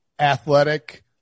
Athletic